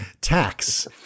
tax